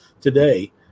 today